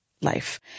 life